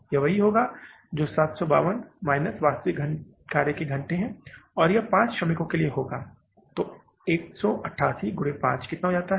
यह वही होगा जो 752 माइनस वास्तविक कार्य के घंटे और यह 5 श्रमिकों में होगा तो 188 गुणे 5 कितने हो जाते हैं